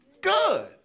good